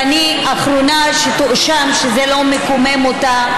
ואני האחרונה שתואשם שזה לא מקומם אותה,